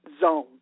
zone